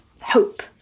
hope